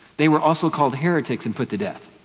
they were also called heretics and put to death.